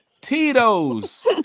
Tito's